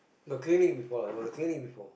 got clinic before lah it was a clinic before